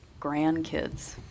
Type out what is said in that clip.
grandkids